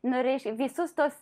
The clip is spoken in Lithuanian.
norėč visus tuos